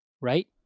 right